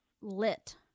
lit